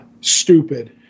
stupid